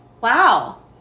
Wow